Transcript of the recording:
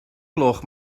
gloch